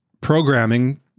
programming